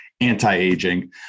anti-aging